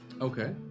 Okay